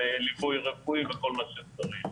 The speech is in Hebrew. ליווי רפואי וכל מה שצריך.